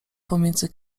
pomiędzy